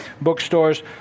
bookstores